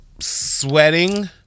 Sweating